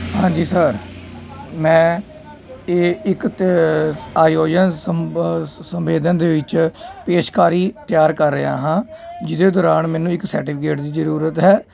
ਹਾਂਜੀ ਸਰ ਮੈਂ ਇਹ ਇੱਕ ਤ ਆਯੋਜਨ ਸੰਵ ਸੰਵੇਦਨ ਦੇ ਵਿੱਚ ਪੇਸ਼ਕਾਰੀ ਤਿਆਰ ਕਰ ਰਿਹਾ ਹਾਂ ਜਿਹਦੇ ਦੌਰਾਨ ਮੈਨੂੰ ਇੱਕ ਸਰਟੀਫਿਕੇਟ ਦੀ ਜ਼ਰੂਰਤ ਹੈ